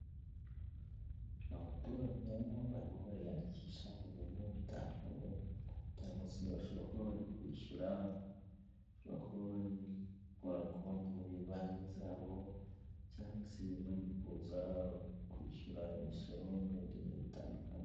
Kaburimbo irimo imodoka ifite ibara ry'ivu, hirya yayo hubatse inzu iri mu marange y'umweru ndetse n'umukara, inzu ikikijwe n'igikuta cyubakishijwe amatafari ahiye, hariho icyapa kiri mu mabara y'icyatsi, ndetse n'ikindi cyapa kiri mu mabara y'umweru ndetse n'umukara.